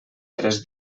tres